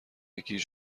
گیج